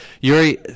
yuri